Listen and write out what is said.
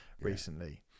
recently